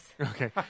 Okay